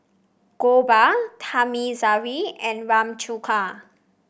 Gopal Thamizhavel and Ramchundra